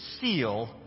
seal